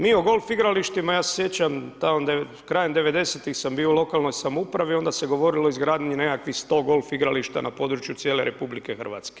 Mi o golf igralištima, ja se sjećam tamo krajem 90-ih sam bio u lokalnoj samoupravi, onda se govorilo o izgradnji nekakvih 100 golf igrališta na području cijele RH.